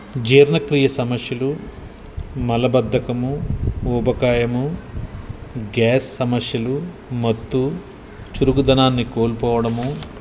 జీర్ణక్రియ సమస్యలు మలబద్దకము ఊబకాయము గ్యాస్ సమస్యలు మత్తు చురుకుదనాన్ని కోల్పోవడము